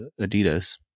Adidas